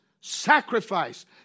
sacrifice